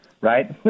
right